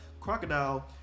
Crocodile